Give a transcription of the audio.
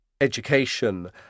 education